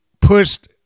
pushed